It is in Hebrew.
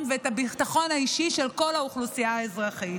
ואת הביטחון האישי של כל האוכלוסייה האזרחית.